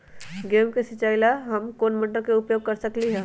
गेंहू के सिचाई ला हम कोंन मोटर के उपयोग कर सकली ह?